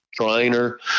Trainer